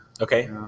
okay